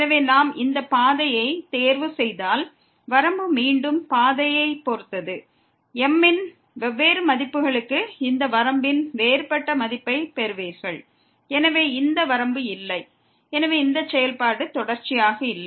எனவே நாம் இந்த பாதையை தேர்வு செய்தால் வரம்பு மீண்டும் பாதையைப் பொறுத்தது M இன் வெவ்வேறு மதிப்புகளுக்கு இந்த வரம்பின் வேறுபட்ட மதிப்பைப் பெறுவீர்கள் எனவே இந்த வரம்பு இல்லை எனவே இந்த செயல்பாடு தொடர்ச்சியாக இல்லை